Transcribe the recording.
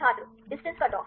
छात्र distance cutoff